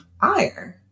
iron